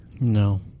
No